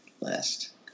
last